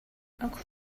uncle